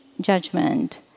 judgment